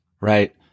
right